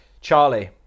Charlie